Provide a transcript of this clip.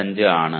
25 ആണ്